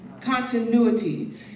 continuity